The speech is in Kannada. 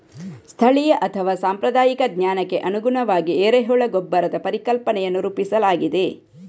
ಸ್ಥಳೀಯ ಅಥವಾ ಸಾಂಪ್ರದಾಯಿಕ ಜ್ಞಾನಕ್ಕೆ ಅನುಗುಣವಾಗಿ ಎರೆಹುಳ ಗೊಬ್ಬರದ ಪರಿಕಲ್ಪನೆಯನ್ನು ರೂಪಿಸಲಾಗಿದೆ